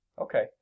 Okay